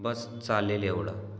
बस चालेल एवढं